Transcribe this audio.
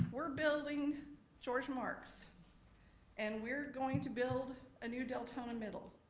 we're building george marks and we're going to build a new deltona middle.